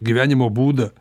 gyvenimo būdą